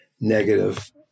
negative